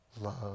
love